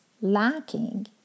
lacking